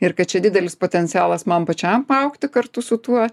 ir kad čia didelis potencialas man pačiam paaugti kartu su tuo